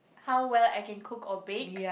how well I can cook or bake